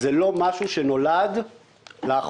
זה לא משהו שנולד לאחרונה.